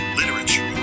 literature